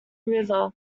river